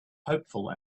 hopeful